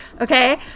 okay